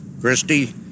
Christy